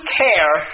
care